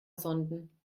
sonden